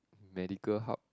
medical hub